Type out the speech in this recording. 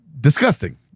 disgusting